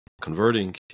Converting